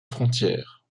frontière